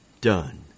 done